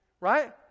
right